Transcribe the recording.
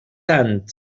tant